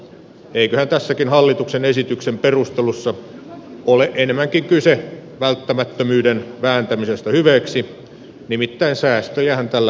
eiköhän tässäkin hallituksen esityksen perustelussa ole enemmänkin kyse välttämättömyyden vääntämisestä hyveeksi nimittäin säästöjähän tällä esityksellä haetaan